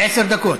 עשר דקות.